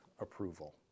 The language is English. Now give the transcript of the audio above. approval